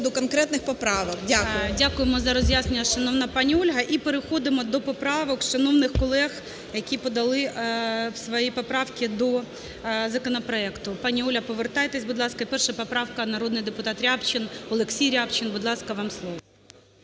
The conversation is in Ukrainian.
конкретних поправок. Дякую. ГОЛОВУЮЧИЙ. Дякуємо за роз'яснення, шановна пані Ольга. І переходимо до поправок шановних колег, які подали свої поправки до законопроекту. Пані Оля, повертайтесь, будь ласка. І 1 поправка, народний депутат Рябчин. Олексій Рябчин. Будь ласка, вам слово.